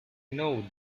know